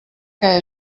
que